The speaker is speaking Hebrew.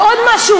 שמע אותך.